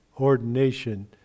ordination